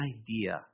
idea